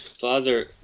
Father